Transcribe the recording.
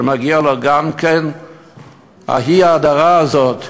שמגיע לו גם כן את האי-הדרה הזאת,